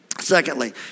Secondly